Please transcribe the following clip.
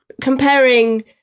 comparing